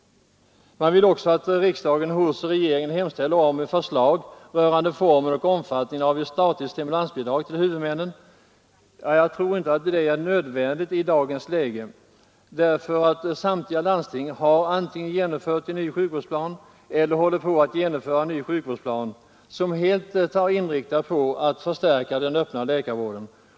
Man vill också att riksdagen hos regeringen hemställer om förslag rörande formen och omfattningen av ett statligt stimulansbidrag till huvudmännen. Jag tror inte att detta är nödvändigt i dagens läge, eftersom samtliga landsting antingen har genomfört eller håller på att 123 genomföra en ny sjukvårdsplan, som är helt inriktad på att förstärka den öppna läkarvården.